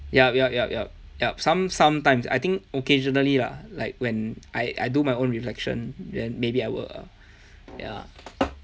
yup yup yup yup yup some sometimes I think occasionally lah like when I I do my own reflection then maybe I will ya